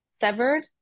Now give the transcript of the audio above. severed